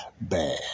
bad